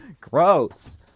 Gross